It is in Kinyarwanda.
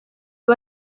aba